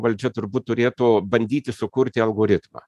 valdžia turbūt turėtų bandyti sukurti algoritmą